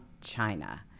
China